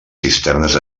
cisternes